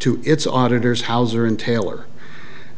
to its auditors hauser and taylor